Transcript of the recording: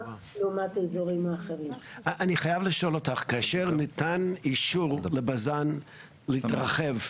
בארץ אין כרגע מעבדה שמאושרת לבדיקה,